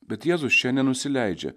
bet jėzus čia nenusileidžia